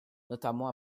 notamment